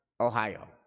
Ohio